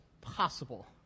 possible